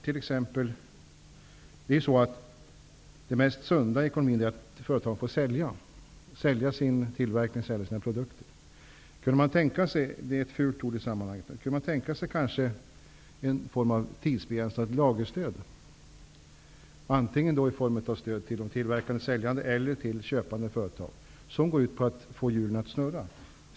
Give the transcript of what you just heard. Det mest sunda i en ekonomi är företag som får sälja sina produkter. Skulle man exempelvis kunna tänka sig ett -- det är ett fult ord i sammanhanget -- tidsbegränsat lagerstöd i form av antingen stöd till de tillverkande säljarna eller till köpande företag, som går ut på att få hjulen att snurra?